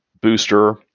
booster